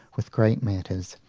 with great matters,